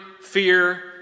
fear